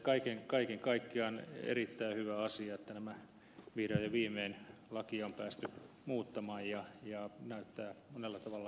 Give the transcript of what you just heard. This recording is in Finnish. mutta kaiken kaikkiaan on erittäin hyvä asia että vihdoin ja viimein lakia on päästy muuttamaan ja tämä näyttää monella tavalla erittäin hyvältä